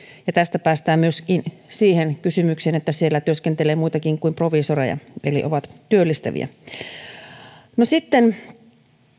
ja tästä päästään myös siihen kysymykseen että siellä työskentelee muitakin kuin proviisoreja eli ne ovat työllistäviä sitten